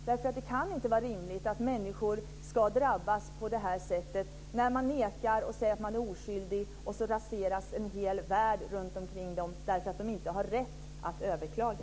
Det kan nämligen inte vara rimligt att människor ska drabbas på det här sättet när de nekar och säger att de är oskyldiga. Och så raseras en hel värld runtomkring dem därför att de inte har rätt att överklaga.